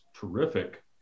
terrific